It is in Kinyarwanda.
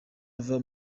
ava